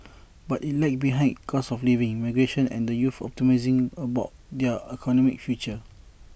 but IT lagged behind in cost of living migration and the youth's optimism about their economic future